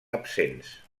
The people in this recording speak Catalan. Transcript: absents